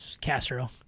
Castro